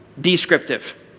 Descriptive